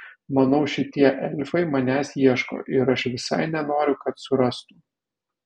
manau šitie elfai manęs ieško ir aš visai nenoriu kad surastų